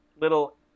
little